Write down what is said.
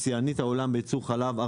שהיא שיאנית העולם בייצור חלב,